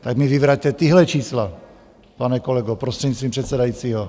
Tak mi vyvraťte tahle čísla, pane kolego, prostřednictvím předsedajícího.